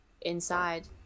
Inside